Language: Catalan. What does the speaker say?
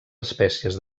espècies